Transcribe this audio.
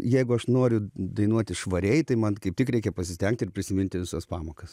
jeigu aš noriu dainuoti švariai tai man kaip tik reikia pasistengti ir prisiminti visas pamokas